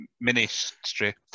ministry